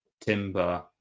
timber